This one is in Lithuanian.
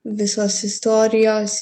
visos istorijos